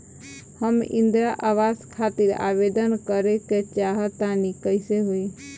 हम इंद्रा आवास खातिर आवेदन करे क चाहऽ तनि कइसे होई?